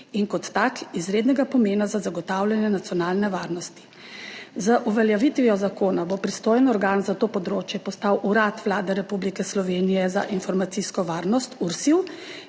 in kot tak izrednega pomena za zagotavljanje nacionalne varnosti. Z uveljavitvijo zakona bo pristojen organ za to področje postal Urad Vlade Republike Slovenije za informacijsko varnost, URSIV,